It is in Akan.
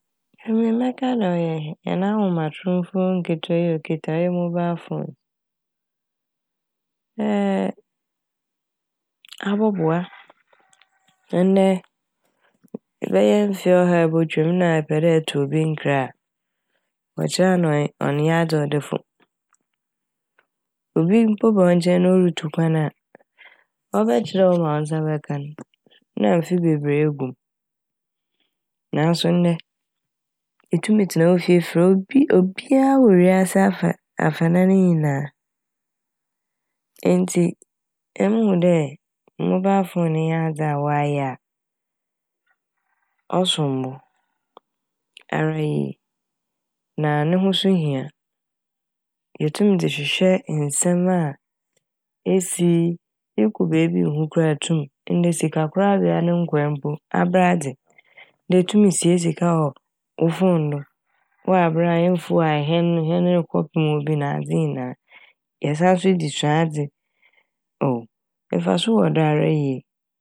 Emi mɛka dɛ ɔyɛ hɛn ahomatrofo nketewa yi a okitsa ɔyɛ "mobile phone" abɔboa sɛ ndɛ bɛyɛ mfe ɔha a ebotwa mu n' na ɛpɛ dɛ ɛto obi nkra a wɔkyerɛ a na ɔn -ɔnnyɛ adze a ɔda famu. Obi mpo ba wo nkyɛn na orutu kwan a ɔbɛkyerɛw wo ma wo nsa bɛka n' na a afe bebree egu m'. Naaso ndɛ itum tsena wo fie frɛ obi - obia a wɔ wiase afa - afanan ne nyinaa ntsi emi muhu dɛ "mobile phone" nye adze a wɔayɛ a ɔsom bo ara yie na no ho so ho hia. Yetum dze hwehwɛ nsɛm a esi ekɔ beebi nnhu koraa etum. Ndɛ sikakorabea ne nkɔe po abra adze. Ndɛ etum sie sika wɔ wo fone do ewɔ aber a mmfow ahɛn hɛn no kɔpem obi nadze nyinaa. Yɛsanso dze sua adze ow! mfaso wɔ do ara yie.